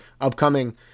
upcoming